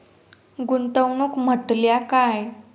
गुंतवणूक म्हटल्या काय?